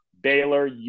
Baylor